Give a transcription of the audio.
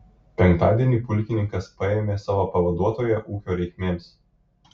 penktadienį pulkininkas paėmė savo pavaduotoją ūkio reikmėms